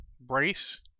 brace